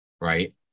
Right